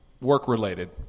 work-related